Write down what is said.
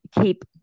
keep